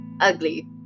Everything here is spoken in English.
ugly